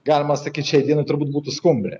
galima sakyt šiai dienai turbūt būtų skumbrė